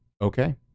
Okay